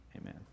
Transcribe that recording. Amen